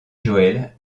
joel